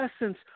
essence